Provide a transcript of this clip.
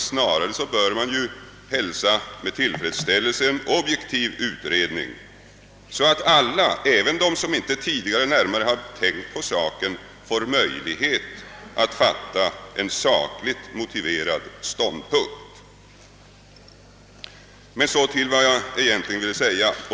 Snarare bör man med tillfredsställelse hälsa en objektiv utredning, så att alla — även de som inte tidigare närmare har tänkt på saken — får möjlighet att inta en sakligt motiverad ståndpunkt. Så till vad jag egentligen ville säga.